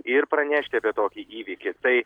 ir pranešti apie tokį įvykį tai